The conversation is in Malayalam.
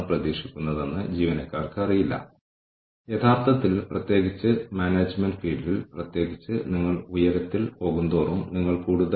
അല്ലെങ്കിൽ മുമ്പത്തെ ഉദാഹരണത്തിലേക്ക് മടങ്ങുമ്പോൾ ERP യുടെ കാര്യത്തിലും തുടക്കത്തിൽ ഒരു മാനേജ്മെന്റ് ഇൻഫർമേഷൻ സിസ്റ്റം നടപ്പിലാക്കുമ്പോൾ ആ സമയത്ത് പലരും അത് ഉപയോഗിക്കുന്നത് അത്ര സുഖകരമല്ലെന്ന് നിങ്ങൾ കണ്ടെത്തിയേക്കാം